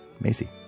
Macy